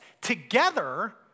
together